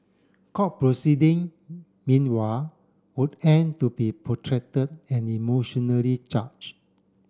court proceeding meanwhile would end to be protracted and emotionally charged